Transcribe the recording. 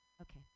okay